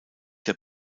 der